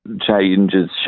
changes